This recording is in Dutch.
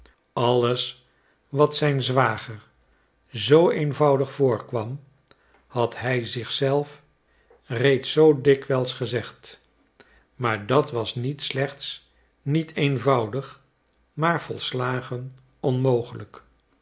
alles wat zijn zwager zoo eenvoudig voorkwam had hij zich zelf reeds zoo dikwijls gezegd maar dat was niet slechts niet eenvoudig maar volslagen onmogelijk